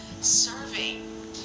serving